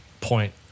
point